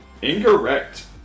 Incorrect